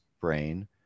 brain